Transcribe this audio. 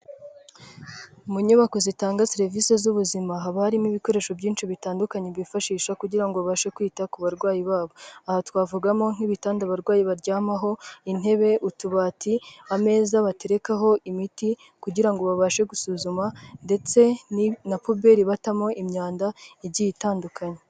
Mu nyubako zitanga serivisi z'ubuzima, haba harimo ibikoresho byinshi bitandukanye bifashisha kugira ngo babashe kwita ku barwayi babo, aha twavugamo nk'ibitanda abarwayi baryamaho, intebe, utubati, ameza baterekaho imiti kugira ngo babashe gusuzuma ndetse na puberi batamo imyanda igiye itandukanye.